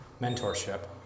mentorship